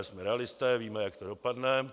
Jsme realisté, víme, jak to dopadne.